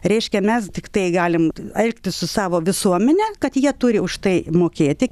reiškia mes tiktai galim elgtis su savo visuomene kad jie turi už tai mokėti